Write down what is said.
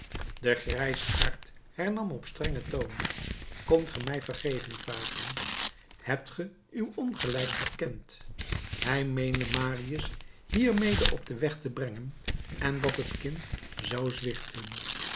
de grijsaard hernam op strengen toon komt ge mij vergeving vragen hebt ge uw ongelijk erkend hij meende marius hiermede op den weg te brengen en dat het kind zou zwichten